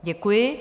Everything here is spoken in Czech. Děkuji.